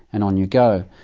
and on you go.